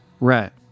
Right